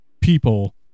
people